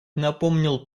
напомнил